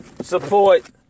support